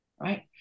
Right